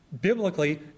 biblically